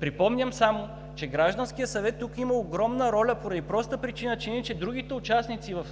Припомням само, че Гражданският съвет тук има огромна роля, поради простата причина че иначе другите участници в